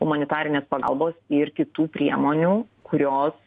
humanitarinės pagalbos ir kitų priemonių kurios